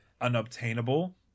unobtainable